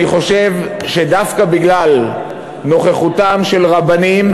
אני חושב שדווקא בגלל נוכחותם של רבנים,